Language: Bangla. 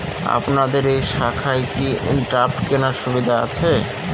আপনাদের এই শাখায় কি ড্রাফট কেনার সুবিধা আছে?